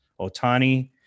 Otani